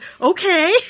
okay